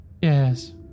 Yes